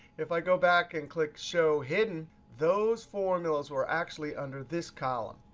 if i go back and click show hidden, those formulas were actually under this column.